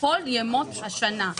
בכל ימות השנה.